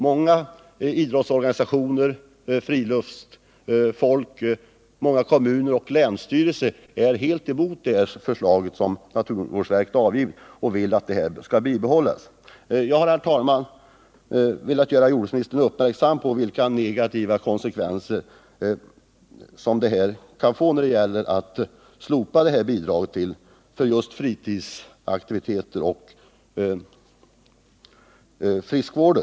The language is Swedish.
Många idrottsorganisationer, friluftsfolk och många kommuner och länsstyrelser är helt emot det förslag som naturvårdsverket har avgivit och vill att nuvarande ordning skall bibehållas. Jag har, herr talman, velat göra jordbruksministern uppmärksam på vilka negativa konsekvenser ett slopande av bidraget kan få för fritidsaktiviteter och friskvård.